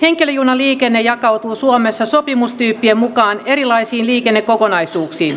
henkilöjunaliikenne jakautuu suomessa sopimustyyppien mukaan erilaisiin liikennekokonaisuuksiin